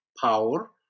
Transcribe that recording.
power